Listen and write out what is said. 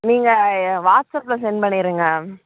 நீங்கள் வாட்ஸ்அப்பில் சென்ட் பண்ணியிருங்க